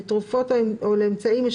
לתרופות או לאמצעים,